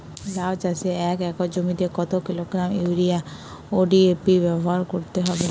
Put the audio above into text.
লাউ চাষে এক একর জমিতে কত কিলোগ্রাম ইউরিয়া ও ডি.এ.পি ব্যবহার করতে হবে?